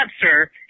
sir